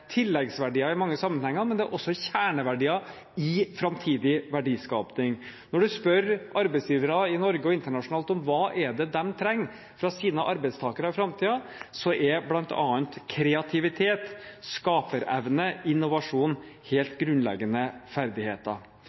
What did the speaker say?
tilleggsverdier i mange sammenhenger, men de er også kjerneverdier i framtidig verdiskaping. Når man spør arbeidsgivere i Norge og internasjonalt om hva de trenger fra sine arbeidstakere i framtiden, er bl.a. kreativitet, skaperevne og innovasjon helt grunnleggende ferdigheter.